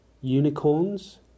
Unicorns